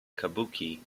kabuki